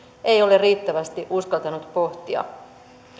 ei ole riittävästi uskaltanut pohtia